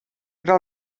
però